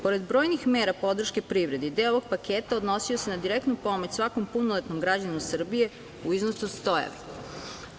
Pored brojnih mera podrške privedi, deo ovog paketa odnosio se na direktnu pomoć svakom punoletnom građaninu Srbije u iznosu od 100 evra.